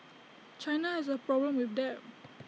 China has A problem with debt